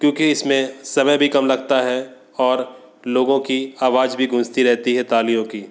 क्योंकि इसमें समय भी कम लगता है और लोगों की आवाज़ भी गूँजती रहती है तालियों की